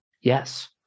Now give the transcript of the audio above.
Yes